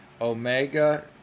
Omega